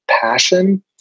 passion